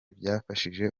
byafashije